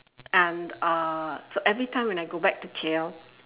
and uh so every time when I go back to K_L